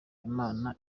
imana